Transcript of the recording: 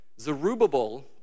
Zerubbabel